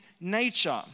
nature